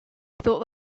thought